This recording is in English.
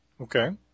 Okay